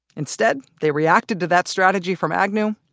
instead, they reacted to that strategy from agnew.